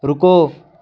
ਰੁਕੋ